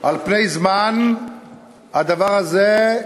על פני זמן הדבר הזה,